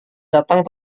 datang